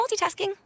multitasking